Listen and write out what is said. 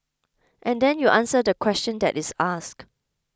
and then you answer the question that is asked